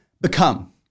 become